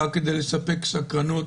רק כדי לספק סקרנות